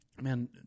Man